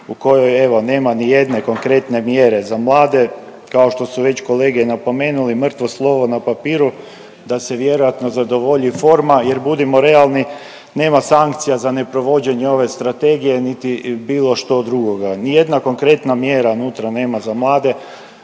u kojoj evo nema nijedne konkretne mjere za mlade, kao što su već kolege napomenuli, mrtvo slovo na papiru, da se vjerojatno zadovolji forma jer budimo realni, nema sankcija za neprovođenje ove strategije, niti bilo što drugoga, nijedna konkretna mjera nutra nema za mlade